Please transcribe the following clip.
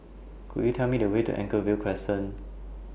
Could YOU Tell Me The Way to Anchorvale Crescent